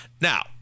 Now